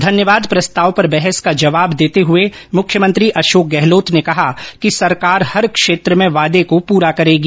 धन्यवाद प्रस्ताव पर बहस का जवाब देते हृए मुख्यमंत्री अशोक गहलोत ने कहा कि सरकार हर क्षेत्र में वादे को प्रा करेगी